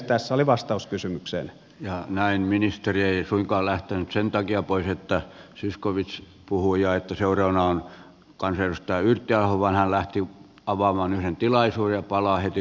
tässä oli vastaus kysymykseen jää näin ministeri ei suinkaan lähtöön sen takia voi heittää zyskowicz puhui ja että seurannan mukaan ryöstäy kiovan hän lähti avaamaan hän tilaisuuden palaa heti